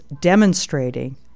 demonstrating